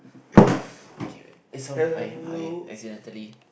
never mind okay wait this one I I accidentally